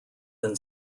than